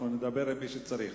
נדבר עם מי שצריך.